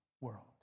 world